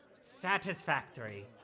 satisfactory